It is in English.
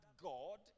God